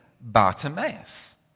Bartimaeus